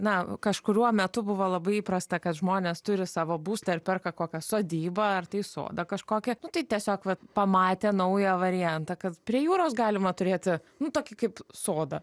na kažkuriuo metu buvo labai įprasta kad žmonės turi savo būstą ir perka kokią sodybą ar tai sodą kažkokį tai tiesiog vat pamatė naują variantą kad prie jūros galima turėti nu tokį kaip sodą